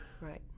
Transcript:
right